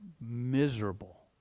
miserable